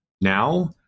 now